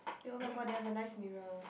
eh oh my god they have a nice mirror